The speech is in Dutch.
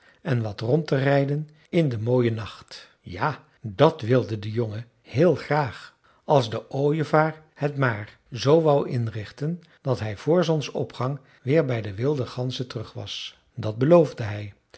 en wat rond te rijden in den mooien nacht ja dat wilde de jongen heel graag als de ooievaar het maar zoo wou inrichten dat hij vr zonsopgang weer bij de wilde ganzen terug was dat beloofde hij